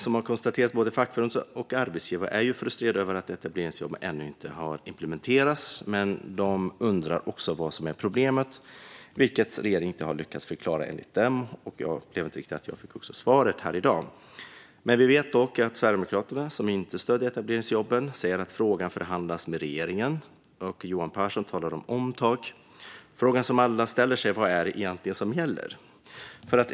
Som har konstaterats är både fackförbund och arbetsgivare frustrerade över att etableringsjobben ännu inte har implementerats. De undrar också vad som är problemet, vilket regeringen enligt dem inte har lyckats förklara. Jag upplever inte heller att jag har fått något riktigt svar här i dag. Vi vet dock att Sverigedemokraterna, som inte stöder etableringsjobben, säger att frågan förhandlas med regeringen och att Johan Pehrson talar om omtag. Frågan som alla ställer sig är: Vad är det egentligen som gäller?